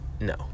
no